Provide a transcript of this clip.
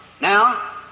Now